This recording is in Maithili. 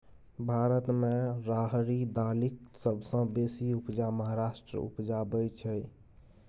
भारत मे राहरि दालिक सबसँ बेसी उपजा महाराष्ट्र उपजाबै छै